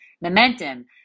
momentum